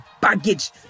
baggage